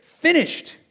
finished